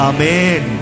Amen